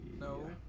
No